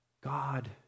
God